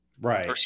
Right